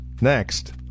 next